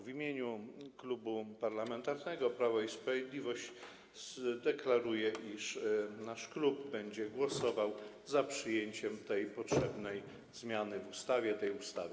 W imieniu Klubu Parlamentarnego Prawo i Sprawiedliwość deklaruję, iż nasz klub będzie głosował za przyjęciem tej potrzebnej zmiany w ustawie, tej ustawy.